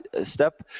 step